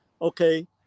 okay